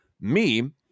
meme